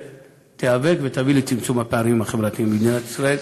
שתיאבק ותביא לצמצום הפערים החברתיים במדינת ישראל.